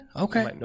Okay